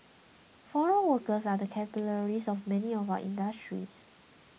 foreign workers are the capillaries of many of our industries